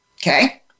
Okay